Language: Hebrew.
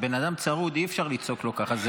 כשבן-אדם צרוד אי-אפשר לצעוק לו ככה.